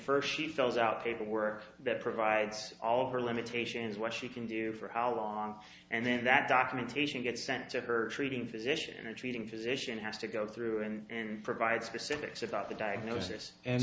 first she fills out paperwork that provides all of her limitations what she can do for how long and then that documentation gets sent to her treating physician or treating physician has to go through and provide specifics about the diagnosis and